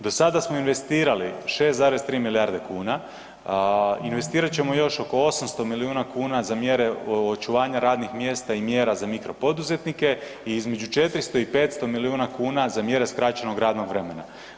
Do sada smo investirali 6,3 milijarde kuna, investirati ćemo još oko 800 miliona kuna za mjere očuvanja radnih mjesta i mjera za mikropoduzetnike i između 400 i 500 miliona kuna za mjere skraćenog radnog vremena.